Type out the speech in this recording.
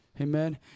Amen